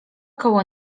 koło